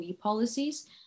policies